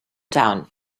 down